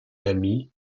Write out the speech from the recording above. lamy